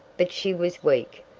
but she was weak,